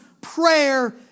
prayer